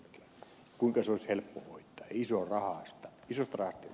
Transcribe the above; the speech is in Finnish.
kuinka helppo se olisi hoitaa